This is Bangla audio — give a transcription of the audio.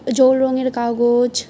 জল রঙের কাগজ